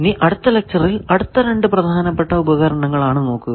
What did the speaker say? ഇനി അടുത്ത ലെക്ച്ചറിൽ അടുത്ത രണ്ടു പ്രധാനപ്പെട്ട ഉപകരണങ്ങൾ ആണ് നോക്കുക